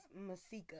Masika